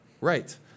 Right